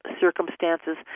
circumstances